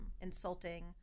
insulting